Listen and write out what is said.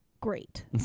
Great